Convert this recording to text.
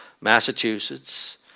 Massachusetts